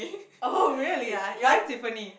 oh really why Tiffany